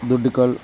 దొడ్డికల్